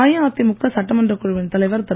அஇஅதிமுக சட்டமன்றக் குழுவின் தலைவர் திரு